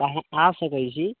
अहाँ आ सकै छी